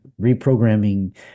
reprogramming